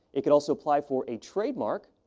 it could also apply for a trademark,